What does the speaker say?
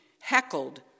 heckled